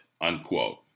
Unquote